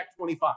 25